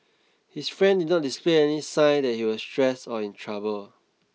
his friend did not display any sign that he was stressed or in trouble